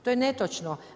To je netočno.